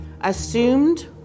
assumed